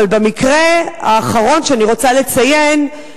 אבל במקרה האחרון שאני רוצה לציין,